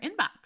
inbox